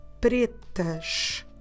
pretas